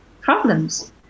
problems